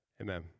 Amen